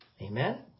Amen